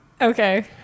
Okay